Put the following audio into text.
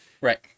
Right